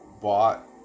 bought